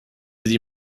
sie